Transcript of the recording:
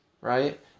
right